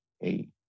eight